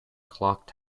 clock